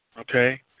Okay